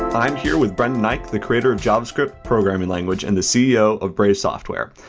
i am here with brendan eich, the creator of javascript programming language and the ceo of brave software.